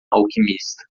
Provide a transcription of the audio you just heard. alquimista